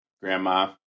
grandma